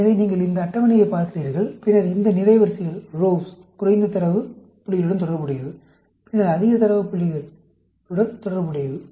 எனவே நீங்கள் இந்த அட்டவணையைப் பார்க்கிறீர்கள் பின்னர் இந்த நிரைவரிசைகள் குறைந்த தரவு புள்ளிகளுடன் தொடர்புடையது இது அதிக தரவு புள்ளிகளுடன் தொடர்புடையது